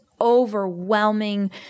overwhelming